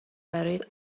برای